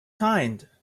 kind